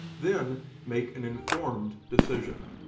then make an informed decision.